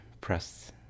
press